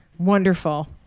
wonderful